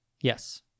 yes